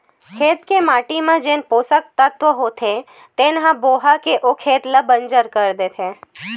खेत के माटी म जेन पोसक तत्व होथे तेन ह बोहा के ओ खेत ल बंजर कर देथे